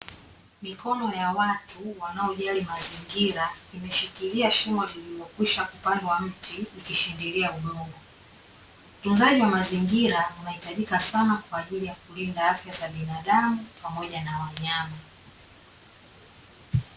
Mikono ya watu wanaojali mazingira, imeshikilia shimo lililokwisha kupandwa mti, ikishindilia udongo. Utunzaji wa mazingira unahitajika sana, kwa ajili ya kulinda afya za binadamu pamoja na wanyama.